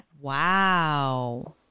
Wow